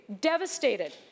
devastated